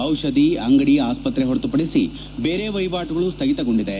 ಔಷಧಿ ಅಂಗಡಿ ಆಸ್ವತ್ರೆ ಹೊರತುಪಡಿಸಿ ಬೇರೆ ವಹಿವಾಣುಗಳು ಸ್ವಗಿತಗೊಂಡಿದೆ